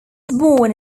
born